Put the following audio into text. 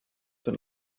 zur